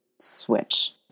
switch